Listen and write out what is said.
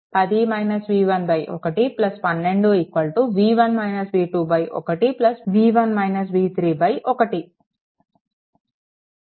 10 - v11 12v1 - v21 v1 - v31